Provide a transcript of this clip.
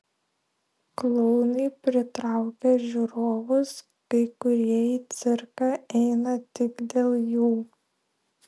klounai pritraukia žiūrovus kai kurie į cirką eina tik dėl jų